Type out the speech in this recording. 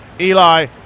Eli